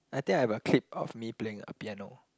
I think I have a clip of me playing a piano